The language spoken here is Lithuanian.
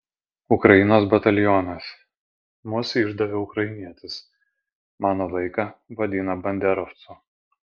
ukrainos batalionas mus išdavė ukrainietis mano vaiką vadina banderovcu